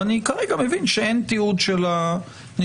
ואני כרגע מבין שאין תיעוד של הנתונים,